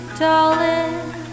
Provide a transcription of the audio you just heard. darling